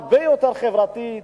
הרבה יותר חברתית,